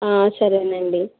సరేనండి